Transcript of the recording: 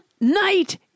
night